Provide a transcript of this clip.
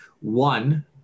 one